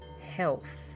health